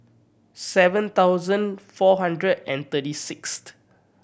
seven thousand four hundred and thirty sixth